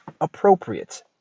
appropriate